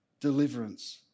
deliverance